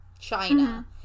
China